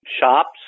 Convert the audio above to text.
shops